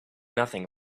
nothing